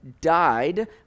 died